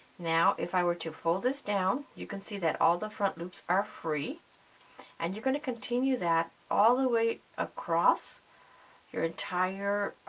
now if i were to fullest down you can see that all the front loops are free and you going to continue that all the way across. so your entire